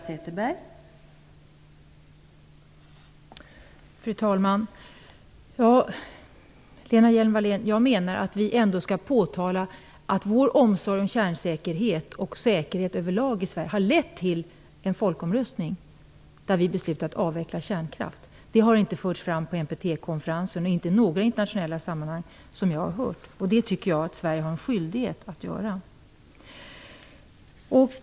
Fru talman! Jag anser att vi skall påpeka att vår omsorg om kärnsäkerhet och säkerhet över lag i Sverige har lett till en folkomröstning, där vi har beslutat att avveckla kärnkraften. Det har inte förts fram på NPT-konferensen och över huvud taget inte i några internationella sammanhang enligt vad jag har hört. Jag tycker att Sverige har en skyldighet att göra det.